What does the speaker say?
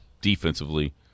defensively